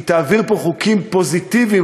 היא תעביר פה חוקים פוזיטיביים,